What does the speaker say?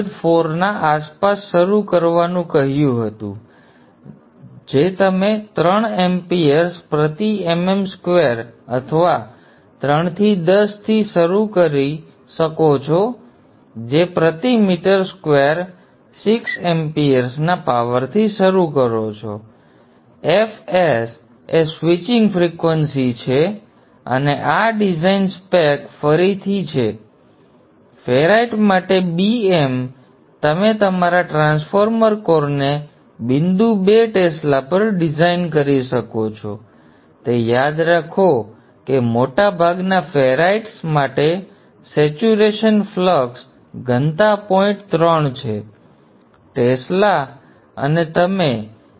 4 ની આસપાસ શરૂ કરવાનું કહ્યું હતું જે તમે 3 amps પ્રતિ mm square અથવા 3 થી 10 થી શરૂ કરો છો જે પ્રતિ મીટર square 6 ampsના પાવરથી શરૂ કરો છો fs એ સ્વિચિંગ ફ્રિક્વન્સી છે અને આ ડિઝાઇન spec ફરીથી છે અને ફેરાઇટ માટે Bm તમે તમારા ટ્રાન્સફોર્મર કોરને બિંદુ બે ટેસ્લા પર ડિઝાઇન કરી શકો છો તે યાદ રાખો કે મોટાભાગના ફેરાઇટ્સ માટે સેચ્યુરેશન ફ્લક્સ ઘનતા પોઇન્ટ ત્રણ છે ટેસ્લા અને તમે 0